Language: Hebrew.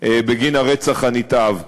בגין הרצח הנתעב.